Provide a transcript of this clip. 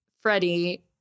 Freddie